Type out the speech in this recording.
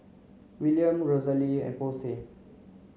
Willam Rosalee and Posey